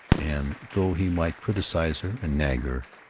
and though he might criticize her and nag her,